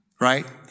Right